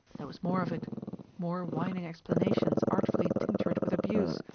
there was more of it more whining explanations artfully tinctured with abuse,